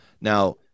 Now